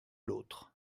l’autre